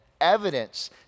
evidence